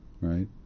right